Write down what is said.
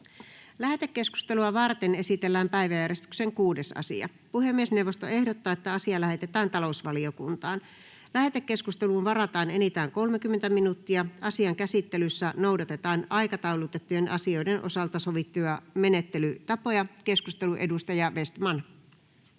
Lähetekeskustelua varten esitellään päiväjärjestyksen 6. asia. Puhemiesneuvosto ehdottaa, että asia lähetetään talousvaliokuntaan. Lähetekeskusteluun varataan enintään 30 minuuttia. Asian käsittelyssä noudatetaan aikataulutettujen asioiden osalta sovittuja menettelytapoja. — Edustaja Vestman.